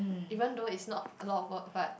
even though it's not a lot of work but